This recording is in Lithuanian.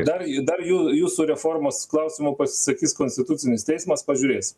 dar i dar jū jūsų reformos klausimu pasisakys konstitucinis teismas pažiūrėsim